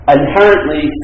inherently